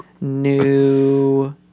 New